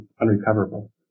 unrecoverable